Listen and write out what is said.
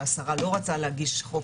והשרה לא רוצה להגיש חוק